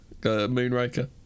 Moonraker